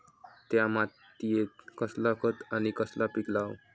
त्या मात्येत कसला खत आणि कसला पीक लाव?